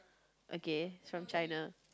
okay he's from China